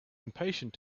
impatient